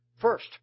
First